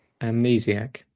amnesiac